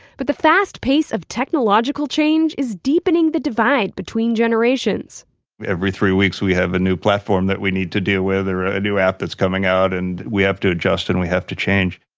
but the fast pace of technological change is deepening the divide between generations every three weeks, we have a new platform that we need to deal with, a new app that's coming out, and we have to adjust and we have to change,